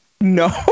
no